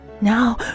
Now